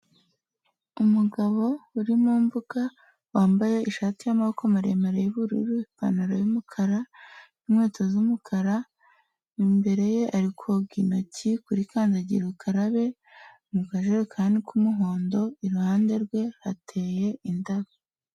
Umugabo uri mu mbuga wambaye ishati y'amaboko maremare y'ubururu, ipantaro y'umukara, n'inkweto z'umukara, imbere ye ari koga intoki kuri kandagira ukarabe mu kajakani k'umuhondo, iruhande rwe hateye indabo.